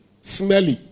smelly